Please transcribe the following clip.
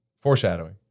Foreshadowing